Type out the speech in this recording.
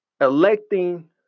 Electing